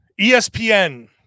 ESPN